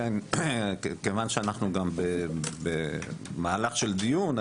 כיוון שאנחנו גם במהלך של דיון,